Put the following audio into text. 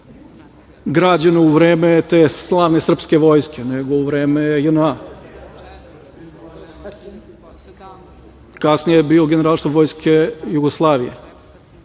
građeno u vreme te slavne srpske vojske, nego u vreme JNA. Kasnije je bio Generalštab Vojske Jugoslavije. Daleko